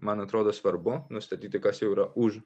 man atrodo svarbu nustatyti kas jau yra už